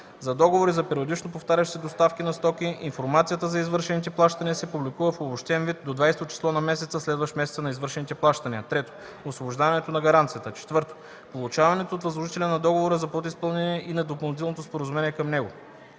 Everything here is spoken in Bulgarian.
за договори за периодично повтарящи се доставки на стоки, информацията за извършените плащания се публикува в обобщен вид до 20-то число на месеца, следващ месеца на извършените плащания; 3. освобождаването на гаранцията; 4. получаването от възложителя на договора за подизпълнение и на допълнително споразумение към него;